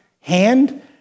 hand